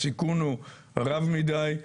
הסיכון הוא רב מידי.